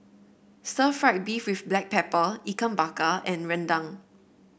Stir Fried Beef with Black Pepper Ikan Bakar and rendang